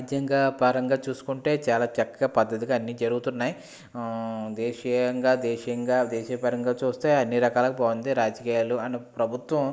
రాజ్యాంగ పరంగా చూసుకుంటే చాలా చక్కగా పద్ధతిగా అన్ని జరుగుతున్నాయి దేశ్యాంగా దేశంగా దేశ పరంగా చూస్తే అన్ని రకాలు పొంది రాజకీయాలు అన్న ప్రభుత్వం